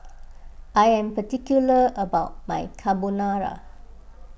I am particular about my Carbonara